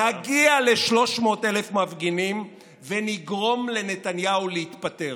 נגיע ל-300,000 מפגינים ונגרום לנתניהו להתפטר.